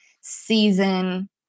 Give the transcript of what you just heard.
season